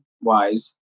wise